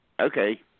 Okay